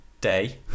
day